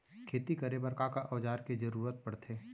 खेती करे बर का का औज़ार के जरूरत पढ़थे?